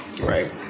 right